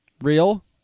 Real